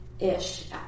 ish